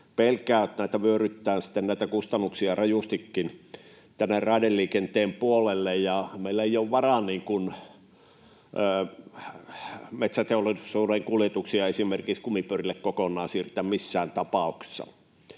sitten näitä kustannuksia rajustikin raideliikenteen puolelle, ja meillä ei ole varaa metsäteollisuuden kuljetuksia esimerkiksi kumipyörille kokonaan siirtää missään tapauksessa.